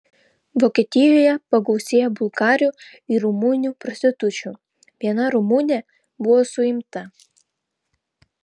vokietijoje pagausėjo bulgarių ir rumunių prostitučių viena rumunė buvo suimta